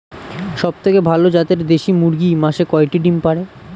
সবথেকে ভালো জাতের দেশি মুরগি মাসে কয়টি ডিম পাড়ে?